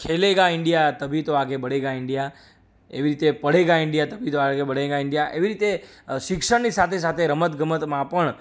ખેલેગા India તભી તો આગે બઢેગા ઇંડિયા એવી રીતે પઢેગા ઇંડિયા તભી તો આગે બઢેગા ઇંડિયા એવી રીતે શિક્ષણની સાથે સાથે રમતગમતમાં પણ